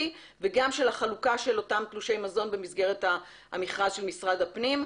וגם של החלוקה של אותם תלושי מזון במסגרת המכרז של משרד הפנים.